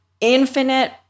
infinite